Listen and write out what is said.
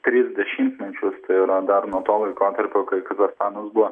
tris dešimtmečius tai yra dar nuo to laikotarpio kai kazachstanas buvo